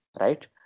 right